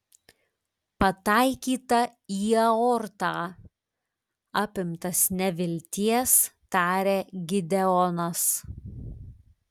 pataikyta į aortą apimtas nevilties tarė gideonas